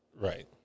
Right